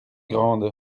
grande